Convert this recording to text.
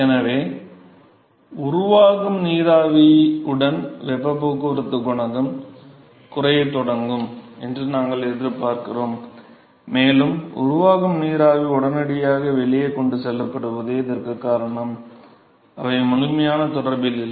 எனவே உருவாகும் நீராவியுடன் வெப்பப் போக்குவரத்து குணகம் குறையத் தொடங்கும் என்று நாங்கள் எதிர்பார்க்கிறோம் மேலும் உருவாகும் நீராவி உடனடியாக வெளியே கொண்டு செல்லப்படுவதே இதற்குக் காரணம் அவை முழுமையான தொடர்பில் இல்லை